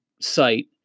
site